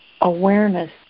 awareness